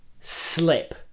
slip